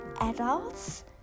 adults